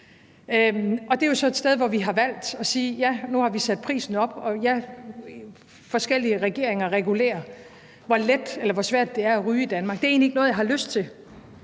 Det er så et sted, hvor vi har valgt at sige, at vi sætter prisen op. Forskellige regeringer regulerer, hvor let eller hvor svært det er at ryge i Danmark. Det er egentlig ikke noget, jeg har lyst til,